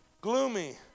gloomy